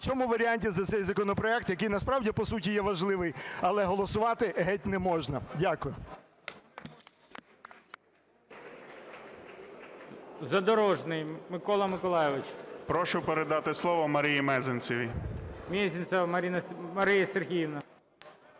в цьому варіанті за цей законопроект, який насправді по суті є важливий, але голосувати геть не можна. Дякую.